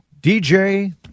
DJ